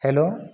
hello